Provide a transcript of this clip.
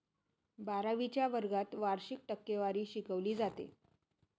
बारावीच्या वर्गात वार्षिक टक्केवारी शिकवली जाते